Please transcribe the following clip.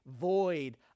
void